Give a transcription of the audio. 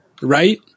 right